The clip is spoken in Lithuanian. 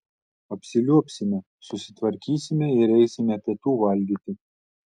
apsiliuobsime susitvarkysime ir eisime pietų valgyti